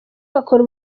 bakora